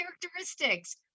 characteristics